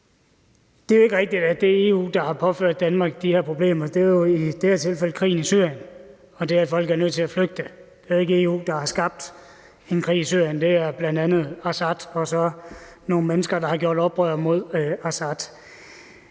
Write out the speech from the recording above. Det er jo ikke rigtigt, at det er EU, der har påført Danmark de her problemer. Det er jo i det her tilfælde krigen i Syrien og det, at folk er nødt til at flygte. Det er jo ikke EU, der har skabt en krig i Syrien. Det er bl.a. Assad og så nogle mennesker, der har gjort oprør mod Assad.